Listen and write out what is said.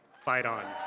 fight on